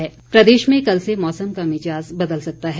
मौसम प्रदेश में कल से मौसम का मिजाज बदल सकता है